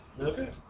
Okay